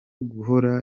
guhora